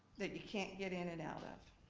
that you can't get in and out of